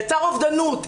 יצרו אובדנות,